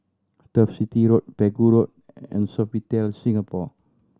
Turf City Road Pegu Road and Sofitel Singapore